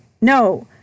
no